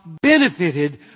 benefited